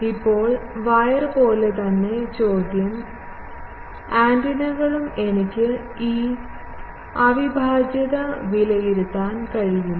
ഇപ്പോൾ വയർ പോലെ തന്നെ ചോദ്യം ആന്റിനകളും എനിക്ക് ഈ അവിഭാജ്യത്തെ വിലയിരുത്താൻ കഴിയുമോ